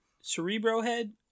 Cerebro-head